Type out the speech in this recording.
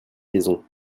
maisons